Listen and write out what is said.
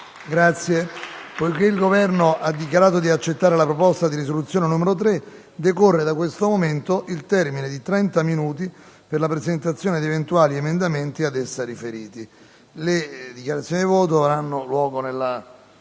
Poiché il Governo ha dichiarato di accettare la proposta di risoluzione n. 3, decorre da questo momento il termine di trenta minuti per la presentazione di eventuali emendamenti ad essa riferiti. Le dichiarazioni di voto avranno luogo nella